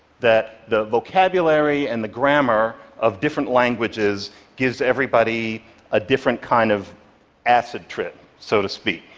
that the vocabulary and the grammar of different languages gives everybody a different kind of acid trip, so to speak.